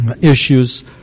issues